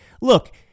look